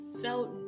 felt